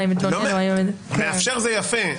היא המתלוננת או --- מאפשר זה יפה,